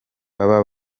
baba